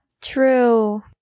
true